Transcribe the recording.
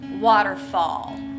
waterfall